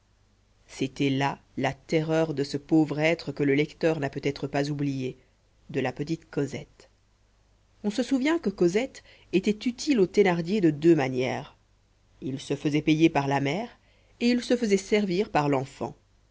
c'était là la terreur de ce pauvre être que le lecteur n'a peut-être pas oublié de la petite cosette on se souvient que cosette était utile aux thénardier de deux manières ils se faisaient payer par la mère et ils se faisaient servir par l'enfant